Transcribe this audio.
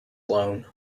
loan